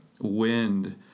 wind